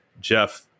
Jeff